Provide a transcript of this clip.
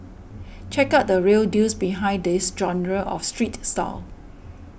check out the real deals behind this genre of street style